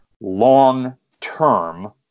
long-term